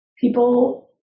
people